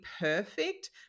perfect